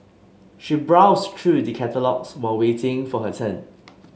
she browsed through the catalogues while waiting for her turn